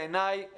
בעיניי,